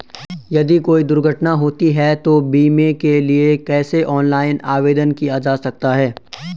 यदि कोई दुर्घटना होती है तो बीमे के लिए कैसे ऑनलाइन आवेदन किया जा सकता है?